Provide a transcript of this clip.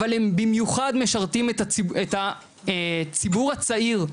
אבל הם במיוחד משרתים את הציבור הצעיר,